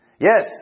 Yes